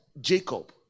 Jacob